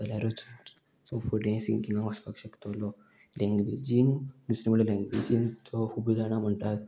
जाल्यारूच तूं फुडें सिंगिंगा वचपाक शकतलो लँग्वेजीन दुसरें म्हणल्यार लँग्वेजीन जो खूब जाणा म्हणटात